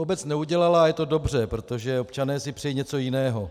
To obec neudělala a je to dobře, protože občané si přejí něco jiného.